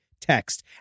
text